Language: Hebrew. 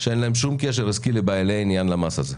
שאין להם שום קשר עסקי לבעלי העניין למס הזה.